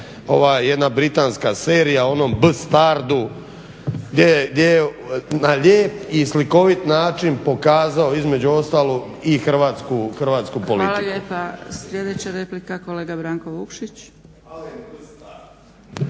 jedna britanska serija o onom B stardu gdje na lijep i na slikovit način pokazao između ostalog i hrvatsku politiku. **Zgrebec, Dragica (SDP)** Hvala lijepa. Sljedeća replika kolega Branko Vukšić.